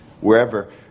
wherever